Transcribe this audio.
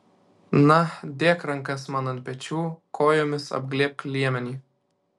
na dėk rankas man ant pečių kojomis apglėbk liemenį